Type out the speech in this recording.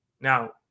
Now